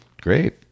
great